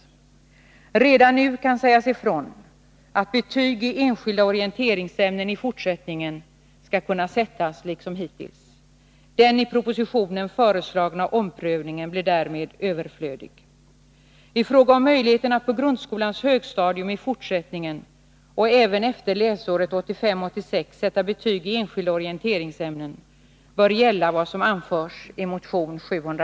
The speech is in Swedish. Redan nu kan sägas ifrån att betyg i enskilda orienteringsämnen i fortsättningen skall kunna sättas liksom hittills. Den i propositionen föreslagna omprövningen blir därmed överflödig. samma frågor väsendet gemensamma frågor